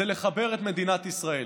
לחבר את מדינת ישראל,